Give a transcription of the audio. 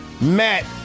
Matt